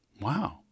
Wow